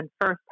first